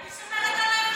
אני סומכת עליך.